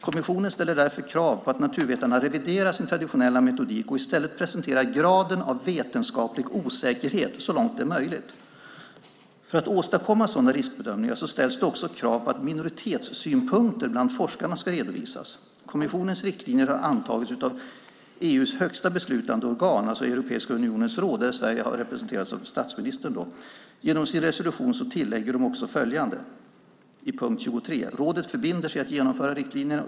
Kommissionen ställer därför krav på att naturvetarna reviderar sin traditionella metodik och i stället presenterar graden av vetenskaplig osäkerhet så långt det är möjligt. För att åstadkomma sådana riskbedömningar ställs det också krav på att minoritetssynpunkter bland forskare ska redovisas. Kommissionens riktlinjer har antagits av EU:s högsta beslutande organ Europeiska rådet där Sverige har representerats av statsministern. Genom sin resolution tillägger man i punkt 23 att rådet förbinder sig att genomföra riktlinjerna.